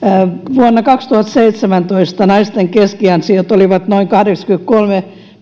vuonna kaksituhattaseitsemäntoista naisten keskiansiot olivat noin kahdeksankymmentäkolme pilkku